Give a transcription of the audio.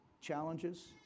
challenges